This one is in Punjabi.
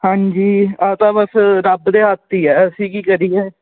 ਹਾਂਜੀ ਇਹ ਤਾਂ ਬੱਸ ਰੱਬ ਦੇ ਹੱਥ ਹੀ ਹੈ ਅਸੀਂ ਕੀ ਕਰੀਏ